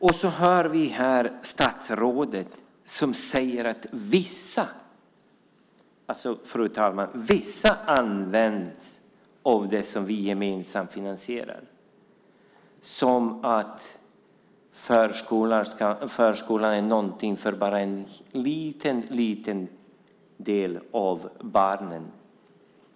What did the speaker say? Vi hör här statsrådet som säger att vissa, fru talman, använder det som vi gemensamt finansierar, som om förskolan bara är för en liten del av barnen.